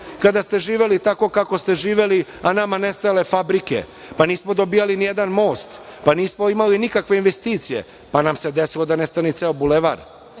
kada ste živeli tako kako ste živeli, a nama nestajale fabrike, pa nismo dobijali ni jedan most, pa nismo imali nikakve investicije, pa nam se desilo da nestane i ceo bulevar.